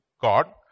God